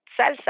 salsa